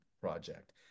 project